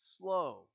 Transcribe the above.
slow